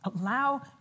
allow